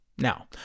Now